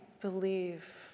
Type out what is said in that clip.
believe